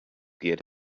get